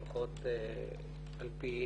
לפחות על פי